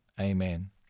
Amen